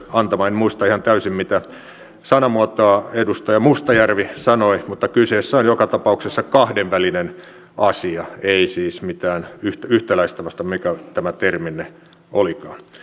en muista ihan täysin mitä sanamuotoa edustaja mustajärvi käytti mutta kyseessä on joka tapauksessa kahdenvälinen asia ei siis mitään yhtäläistä vai mikä tämä terminne olikaan